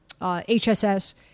HSS